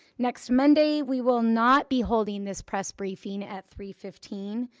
next monday we will not be holding this press briefing at three fifteen.